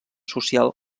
socials